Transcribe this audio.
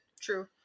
True